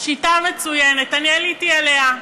שיטה מצוינת, אני עליתי עליה: